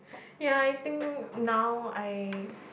ya I think now I